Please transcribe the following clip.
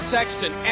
Sexton